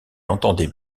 entendait